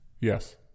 Yes